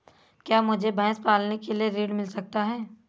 क्या मुझे भैंस पालने के लिए ऋण मिल सकता है?